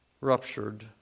ruptured